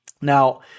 Now